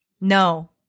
No